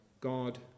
God